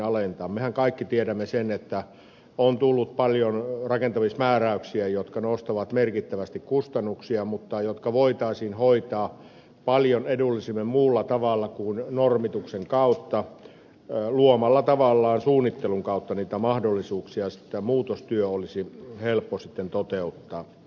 mehän kaikki tiedämme sen että on tullut paljon rakentamismääräyksiä jotka nostavat merkittävästi kustannuksia mutta jotka voitaisiin hoitaa paljon edullisemmin muulla tavalla kuin normituksen kautta luomalla tavallaan suunnittelun kautta niitä mahdollisuuksia niin että muutostyö olisi sitten helppo toteuttaa